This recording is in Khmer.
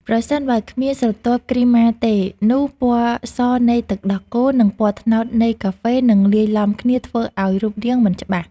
ប្រសិនបើគ្មានស្រទាប់គ្រីម៉ាទេ នោះពណ៌សនៃទឹកដោះគោ និងពណ៌ត្នោតនៃកាហ្វេនឹងលាយឡំគ្នាធ្វើឱ្យរូបរាងមិនច្បាស់។